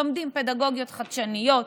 לומדים פדגוגיות חדשניות,